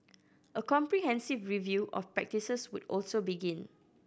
a comprehensive review of practices would also begin